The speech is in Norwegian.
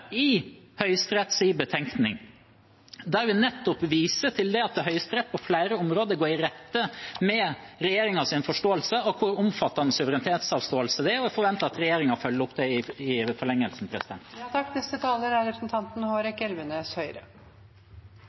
i Høyesteretts betenkning, der vi nettopp viser til at Høyesterett på flere områder går i rette med regjeringens forståelse av hvor omfattende suverenitetsavståelsen er, og vi forventer at regjeringen følger opp det i forlengelsen. Jeg må si at det går en smule kaldt nedover ryggen på meg når jeg hører representanten